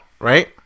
Right